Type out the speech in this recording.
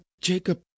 Jacob